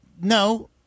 no